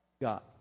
God